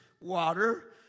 water